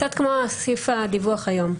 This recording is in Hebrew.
זה קצת כמו סעיף הדיווח היום.